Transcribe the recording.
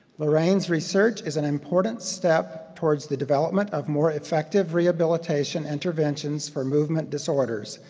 lorraine's research is an important step towards the development of more effective rehabilitation interventions for movement disorders,